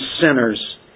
sinners